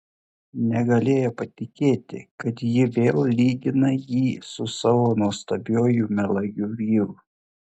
negalėjo patikėti kad ji vėl lygina jį su savo nuostabiuoju melagiu vyru